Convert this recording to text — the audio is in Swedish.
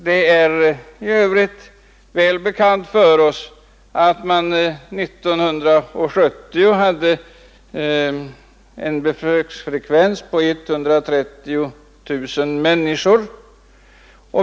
Det är i övrigt också bekant för oss att man 1970 hade en besöksfrekvens på 130 000 människor.